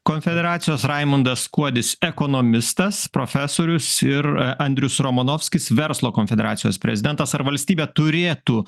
konfederacijos raimundas kuodis ekonomistas profesorius ir andrius romanovskis verslo konfederacijos prezidentas ar valstybė turėtų